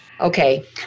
Okay